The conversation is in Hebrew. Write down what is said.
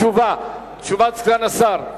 תשובת סגן השר.